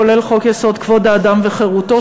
כולל חוק-יסוד: כבוד האדם וחירותו,